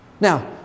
Now